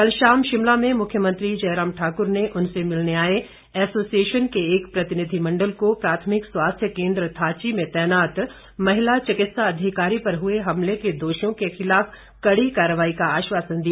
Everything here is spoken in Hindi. कल शाम शिमला में मुख्यमंत्री जयराम ठाकुर ने उनसे मिलने आए एसोसिएशन के एक प्रतिनिधिमंडल को प्राथमिक स्वास्थ्य केन्द्र थाची में तैनात महिला चिकित्सा अधिकारी पर हुए हमले के दोषियों के खिलाफ कड़ी कार्रवाई का आश्वासन दिया